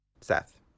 Seth